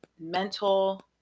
mental